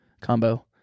combo